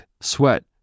sweat